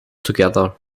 together